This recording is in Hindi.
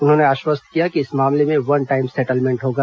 उन्होंने आश्वस्त किया कि इस मामले में वन टाइम सेटलमेंट होगा